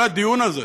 כל הדיון הזה,